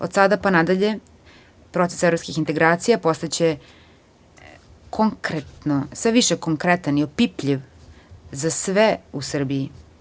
Od sada pa nadalje, proces evropskih integracija će postati sve više konkretan i opipljiv za sve u Srbiji.